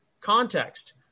context